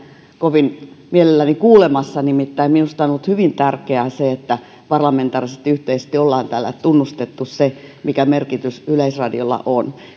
kovin mielelläni kuulemassa nimittäin minusta on ollut hyvin tärkeää se että parlamentaarisesti ja yhteisesti ollaan täällä tunnustettu se mikä merkitys yleisradiolla on